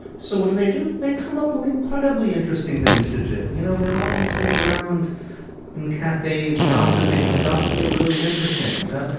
so what do they do? they come up with incredibly interesting things to do. you know, we'd all be sitting around in cafes gossiping, and the gossip would get really interesting you know?